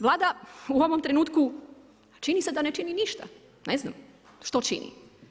Vlada u ovom trenutku čini se da ne čini ništa, ne znam što čini.